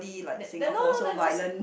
then then now now no speed